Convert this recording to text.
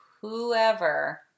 whoever